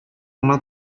гына